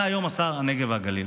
אתה היום שר הנגב והגליל,